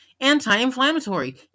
anti-inflammatory